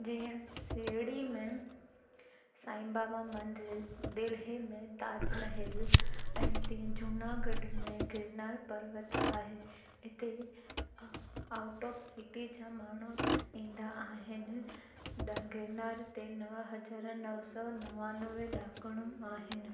जीअं शिरडी में साईं बाबा मंदर दिल्लीअ में ताज महल ऐं तीअं जूनागढ़ में गिरनार पर्वत आहे इते अ आउट ऑफ सिटी जा माण्हू ईंदा आहिनि ॾक गिरनार ते नव हज़ार नौ सौ नवानवे ॾाकणो आहिनि